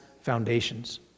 foundations